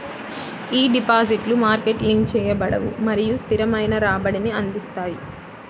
ఈ డిపాజిట్లు market link చేయబడవు మరియు స్థిరమైన రాబడిని అందిస్తాయి